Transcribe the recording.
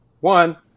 One